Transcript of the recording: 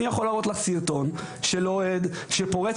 אני יכול להראות לך סרטון של אוהד שפורץ